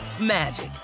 magic